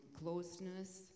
closeness